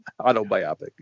autobiopic